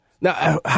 Now